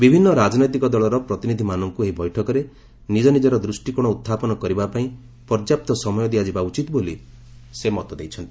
ବିଭିନ୍ନ ରାଜନୈତିକ ଦଳର ପ୍ରତିନିଧିମାନଙ୍କୁ ଏହି ବୈଠକରେ ନିଜ ନିଜର ଦୃଷ୍ଟିକୋଣ ଉହ୍ଚାପନ କରିବା ପାଇଁ ପର୍ଯ୍ୟାପ୍ତ ସମୟ ଦିଆଯିବା ଉଚିତ୍ ବୋଲି ସେ ମତ ଦେଇଛନ୍ତି